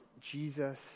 Jesus